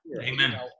amen